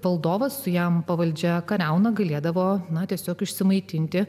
valdovas su jam pavaldžia kariauna galėdavo na tiesiog išsimaitinti